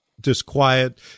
disquiet